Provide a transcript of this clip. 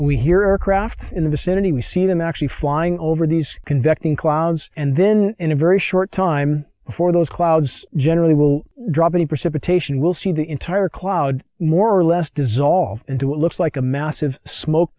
we hear aircraft in the vicinity we see them actually flying over these convecting clouds and then in a very short time before those clouds generally will drop any precipitation will see the entire cloud more or less dissolved into what looks like a massive smoke